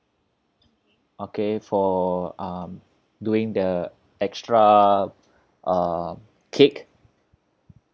okay for um doing the extra um cake